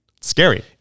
Scary